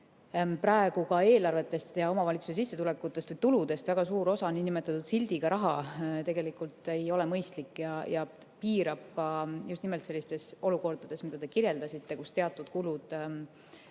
praegu ka eelarvetest ja omavalitsuse sissetulekutest või tuludest väga suur osa nn sildiga raha, tegelikult ei ole mõistlik. See piirab ka just nimelt sellistes olukordades, mida te kirjeldasite, kus teatud kulud